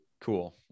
cool